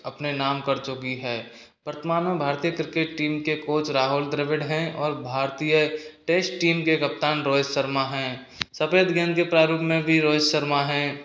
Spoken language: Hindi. अपने नाम कर चुकी है वर्तमान में भारतीय क्रिकेट टीम के कोच राहुल द्रविड़ हैं और भारतीय टेस्ट टीम के कप्तान रोहित शर्मा हैं सफेद गेंद के प्रारूप में भी रोहित शर्मा हैं